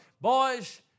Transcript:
Boys